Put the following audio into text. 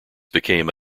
became